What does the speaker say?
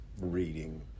reading